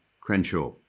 Crenshaw